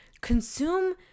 consume